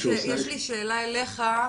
יש לי שאלה אליך,